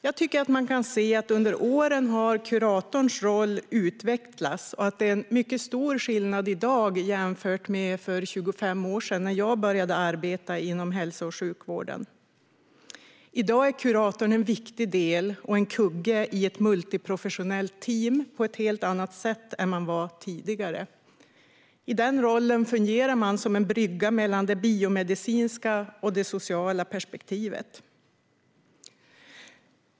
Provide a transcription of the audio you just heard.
Jag tycker mig se att kuratorns roll har utvecklats under åren. Det är stor skillnad mellan i dag och när jag började arbeta inom hälso och sjukvården för 25 år sedan. I dag är kuratorn på ett helt annat sätt än tidigare en viktig kugge i ett multiprofessionellt team. Kuratorn fungerar som en brygga mellan det biomedicinska och det sociala perspektivet.